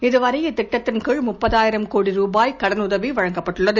இதுவரை இத்திட்டத்தின் கீழ் முப்பதாயிரம் கோடி ரூபாய் கடனுதவி வழங்கப்பட்டுள்ளது